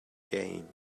game